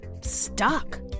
stuck